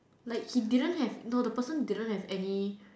like he didn't have no the person didn't have any